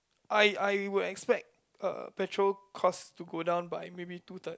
I I would expect uh petrol cost to go down by maybe two third